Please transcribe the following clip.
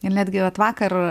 ir netgi vat vakar